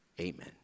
Amen